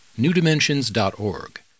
newdimensions.org